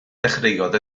ddechreuodd